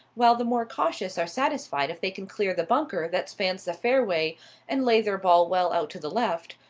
while the more cautious are satisfied if they can clear the bunker that spans the fairway and lay their ball well out to the left,